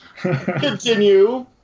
Continue